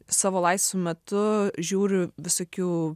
savo laisvu metu žiūriu visokių